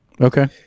Okay